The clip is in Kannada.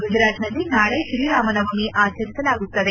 ಗುಜರಾತ್ನಲ್ಲಿ ನಾಳೆ ಶ್ರೀರಾಮನವಮಿ ಆಚರಿಸಲಾಗುತ್ತದೆ